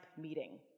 meeting